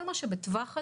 כל מה שבטווח הזה,